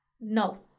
No